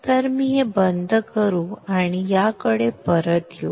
तर मी हे बंद करू आणि याकडे परत येऊ